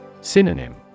Synonym